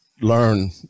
learn